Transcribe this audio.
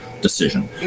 Decision